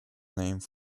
named